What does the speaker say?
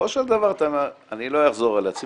אני לא אחזור על עצמי,